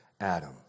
Adam